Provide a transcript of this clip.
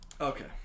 Okay